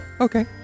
okay